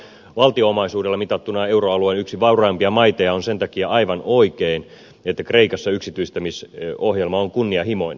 kreikka on valtionomaisuudella mitattuna euroalueen yksi vauraimpia maita ja sen takia on aivan oikein että kreikassa yksityistämisohjelma on kunnianhimoinen